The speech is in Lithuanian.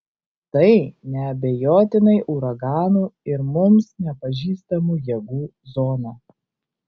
tai neabejotinai uraganų ir mums nepažįstamų jėgų zona